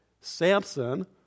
Samson